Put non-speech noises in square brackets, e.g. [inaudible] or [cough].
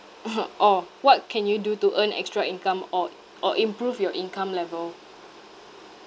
[laughs] orh what can you do to earn extra income or or improve your income level